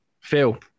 Phil